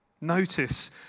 Notice